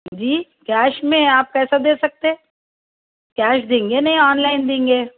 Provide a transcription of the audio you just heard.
جی cash میں آپ پیسہ دے سکتے کیش دیں گے نہیں آنلائن دیں گے